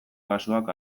kasuak